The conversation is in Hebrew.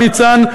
ניצן,